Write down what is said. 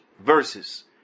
verses